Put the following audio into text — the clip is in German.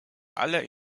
aller